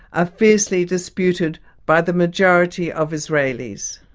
ah fiercely disputed by the majority of israelis.